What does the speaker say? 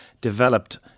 developed